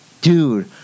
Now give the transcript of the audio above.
dude